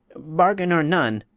bargain or none,